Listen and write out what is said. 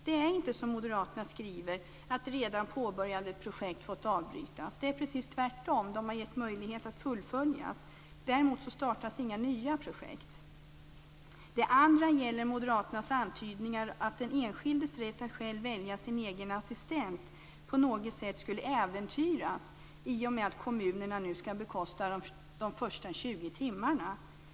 Det är inte som moderaterna skriver att redan påbörjade projekt fått avbrytas. Det är precis tvärtom. De har getts möjlighet att fullföljas. Däremot startas inga nya projekt. För det andra gäller det moderaternas antydningar om att den enskildes rätt att själv välja sin egen assistent på något sätt skulle äventyras i och med att kommunerna nu skall bekosta de första 20 timmarna.